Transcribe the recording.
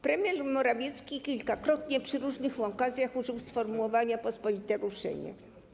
Premier Morawiecki kilkakrotnie przy różnych okazjach użył sformułowania: pospolite ruszenie.